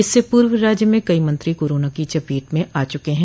इससे पूर्व राज्य में कई मंत्री कोरोना की चपेट में आ चुके हैं